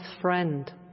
friend